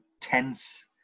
tense